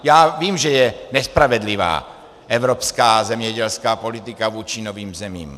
Já vím, že je nespravedlivá evropská zemědělská politika vůči novým zemím.